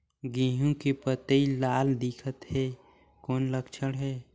गहूं के पतई लाल दिखत हे कौन लक्षण हे?